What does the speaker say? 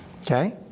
Okay